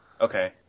Okay